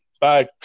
Bye